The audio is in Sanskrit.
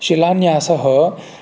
शिलान्यासः